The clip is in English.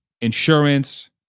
insurance